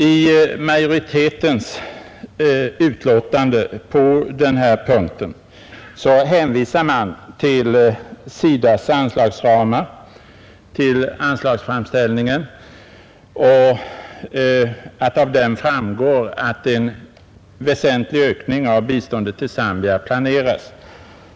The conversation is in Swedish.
I majoritetens utlåtande på denna punkt hänvisar man till SIDA:s anslagsramar och till att av dem framgår att en väsentlig ökning av biståndet till Zambia planeras.